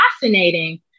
fascinating